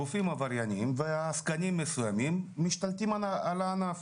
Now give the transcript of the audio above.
גופים עבריינים ועסקנים מסוימים משתלטים על הענף.